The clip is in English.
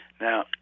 Now